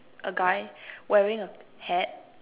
a guy wearing a hat